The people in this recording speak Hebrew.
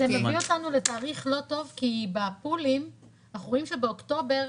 זה מביא אותנו לתאריך לא טוב כי אנחנו רואים שבאוקטובר,